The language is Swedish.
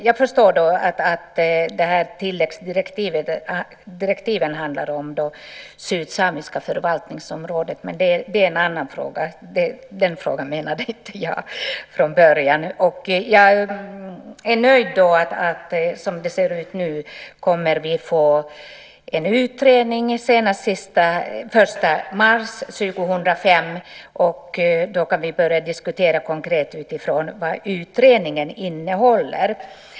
Jag förstår att direktiven handlar om det sydsamiska förvaltningsområdet, men det är en annan fråga. Den frågan menade inte jag från början. Jag är nöjd med att vi, som det ser ut nu, kommer att få en utredning senast den 1 mars 2005. Då kan vi börja diskutera konkret utifrån vad utredningen innehåller.